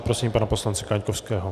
Prosím pana poslance Kaňkovského.